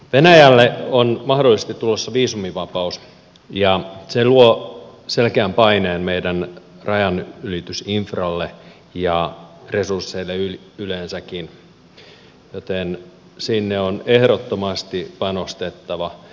venäjälle on mahdollisesti tulossa viisumivapaus ja se luo selkeän paineen meidän rajanylitysinfralle ja resursseille yleensäkin joten sinne on ehdottomasti panostettava